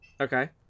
Okay